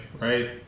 right